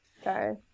Okay